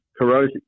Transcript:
corrosive